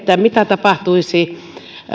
mitä tapahtuisi